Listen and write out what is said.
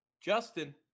justin